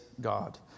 God